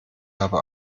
habe